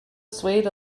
swayed